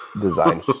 design